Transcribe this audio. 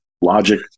logic